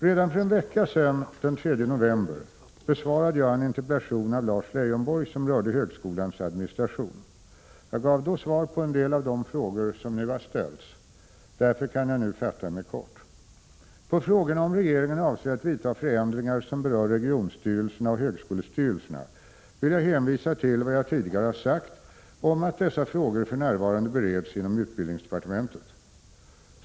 Redan för en vecka sedan, den 3 november, besvarade jag en interpellation av Lars Leijonborg som rörde högskolans administration. Jag gav då svar på en del av de frågor som nu har ställts. Därför kan jag nu fatta mig kort. På frågorna om regeringen avser att vidta förändringar som berör regionstyrelserna och högskolestyrelserna vill jag hänvisa till vad jag tidigare har sagt om att dessa frågor för närvarande bereds inom utbildningsdepartementet.